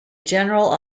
general